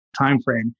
timeframe